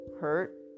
hurt